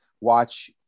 watch